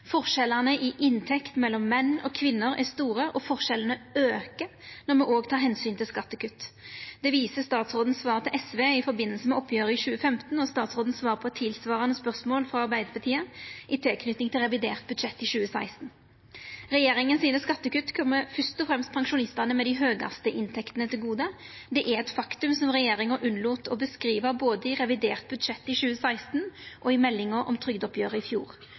Forskjellane i inntekt mellom menn og kvinner er store, og forskjellane aukar når me òg tek omsyn til skattekutt. Det viser svaret frå statsråden til SV i forbindelse med oppgjeret i 2015 og svaret frå statsråden på eit tilsvarande spørsmål frå Arbeidarpartiet i tilknyting til revidert budsjett i 2016. Skattekutta til regjeringa kjem først og fremst pensjonistane med dei høgaste inntektene til gode. Det er eit faktum som regjeringa unnlét å beskriva både i revidert budsjett i 2016 og i meldinga om trygdeoppgjeret i fjor.